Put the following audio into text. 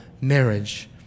marriage